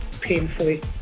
painfully